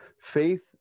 Faith